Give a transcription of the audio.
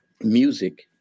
music